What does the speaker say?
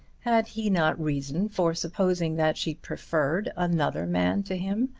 had he not reason for supposing that she preferred another man to him,